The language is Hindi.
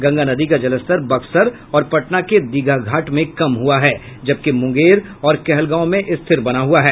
गंगा नदी का जलस्तर बक्सर और पटना के दीघा घाट में कम हुआ है जबकि मुंगेर और कहलगांव में रिथर बना हुआ है